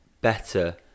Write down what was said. better